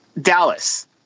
Dallas